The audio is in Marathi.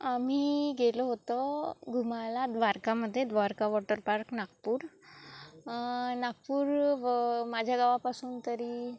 आम्ही गेलो होतो घुमायला द्वारकामध्ये द्वारका वॉटर पार्क नागपूर नागपूर व माझ्या गावापासून तरी